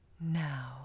Now